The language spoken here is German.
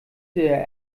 der